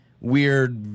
weird